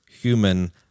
human